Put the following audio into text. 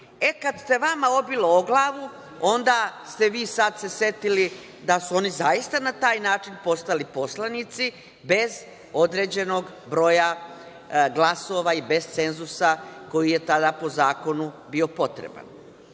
E, kada se vama obilo o glavu, onda ste se vi sada setili da su oni zaista na taj način postali poslanici, bez određenog broja glasova i bez cenzusa koji je tada po zakonu bio potreban.